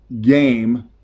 game